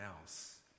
else